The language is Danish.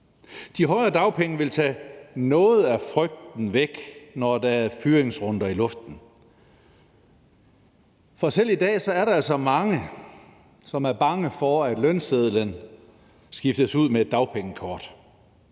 De højere dagpenge vil tage noget af frygten væk, når der er fyringsrunder i luften. For selv i dag er der altså mange, som er bange for, at lønsedlen skiftes ud med et dagpengekort.